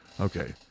Okay